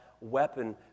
weapon